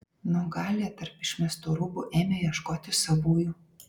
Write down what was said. nuogalė tarp išmestų rūbų ėmė ieškoti savųjų